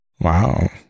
Wow